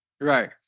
Right